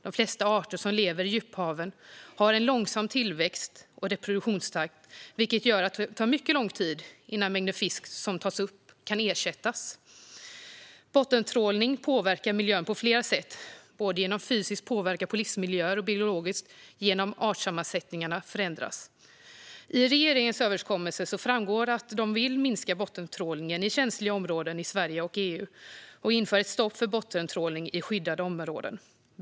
De flesta arter som lever i djuphaven har en långsam tillväxt och reproduktionstakt, vilket gör att det tar mycket lång tid innan mängden fisk som tas upp kan ersättas. Bottentrålning påverkar miljön på flera sätt, både genom fysisk påverkan på livsmiljöer och i form av biologisk påverkan genom att artsammansättningarna förändras. I regeringens överenskommelse framgår att man vill minska bottentrålningen i känsliga områden i Sverige och i EU och införa ett stopp för bottentrålning i skyddade områden.